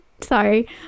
Sorry